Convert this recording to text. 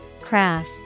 Craft